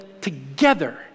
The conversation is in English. together